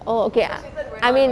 oh okay I mean